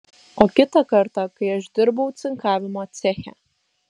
o kitą kartą kai aš dirbau cinkavimo ceche